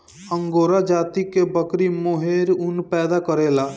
angora जाति कअ बकरी मोहेर ऊन पैदा करेले